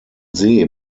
see